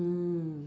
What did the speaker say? mm